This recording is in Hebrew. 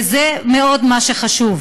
וזה מה שחשוב.